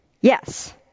Yes